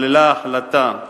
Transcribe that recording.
ההחלטה כללה: